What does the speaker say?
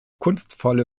kunstvolle